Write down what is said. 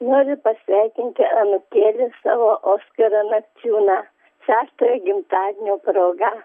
noriu pasveikinti anūkėlį savo oskarą nakciūną šeštojo gimtadienio proga